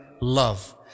love